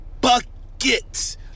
bucket